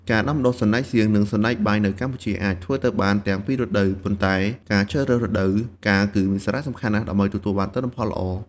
ការដាំដុះសណ្តែកសៀង និងសណ្តែកបាយនៅកម្ពុជាអាចធ្វើទៅបានទាំងពីររដូវ ប៉ុន្តែការជ្រើសរើសរដូវកាលគឺមានសារៈសំខាន់ណាស់ដើម្បីទទួលបានទិន្នផលល្អ។